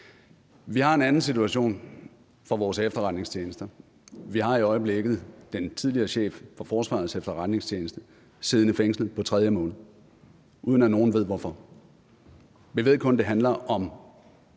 Vi har en anden situation i forbindelse med vores efterretningstjenester. Vi har i øjeblikket den tidligere chef for Forsvarets Efterretningstjeneste siddende fængslet på tredje måned, uden at nogen ved hvorfor. Vi ved kun, at det handler om